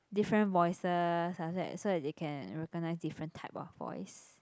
different voices after that so that they can recognise different type of voice